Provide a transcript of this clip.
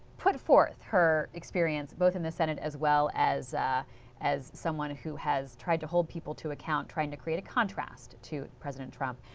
put forth her experience, both in the senate as well as as someone who has tried to hold people to account trying to create contrast to president trump.